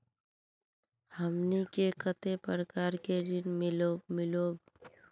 हमनी के कते प्रकार के ऋण मीलोब?